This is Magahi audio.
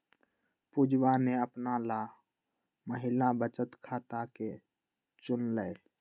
पुजवा ने अपना ला महिला बचत खाता के चुन लय